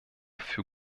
für